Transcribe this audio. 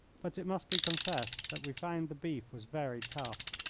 but it must be confessed that we found the beef was very tough.